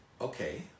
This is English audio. okay